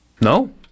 No